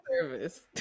service